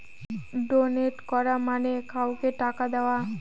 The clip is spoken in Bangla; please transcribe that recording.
ডোনেট করা মানে কাউকে টাকা দেওয়া